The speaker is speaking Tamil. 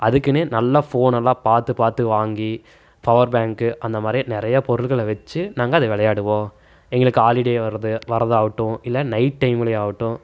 அதுக்குனே நல்லா ஃபோனெல்லாம் பார்த்து பார்த்து வாங்கி ஃபவர்பேங்க்கு அந்த மாதிரியே நிறையா பொருள்களை வச்சி நாங்கள் அதை விளையாடுவோம் எங்களுக்கு ஹாலிடே வரது வரதாகட்டும் இல்லை நைட் டைம்லையாகட்டும்